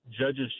judge's